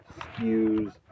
skews